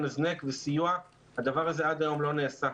הזנק וסיוע אבל עד היום הדבר הזה לא נעשה.